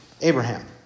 Abraham